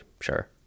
sure